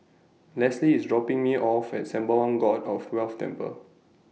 Lesly IS dropping Me off At Sembawang God of Wealth Temple